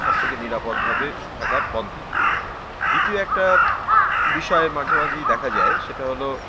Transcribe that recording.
সব থেকে নিরাপদভাবে থাকার পন্থা দ্বিতীয় একটা বিষয় মাঝে মাঝেই দেখা যায় সেটা হলো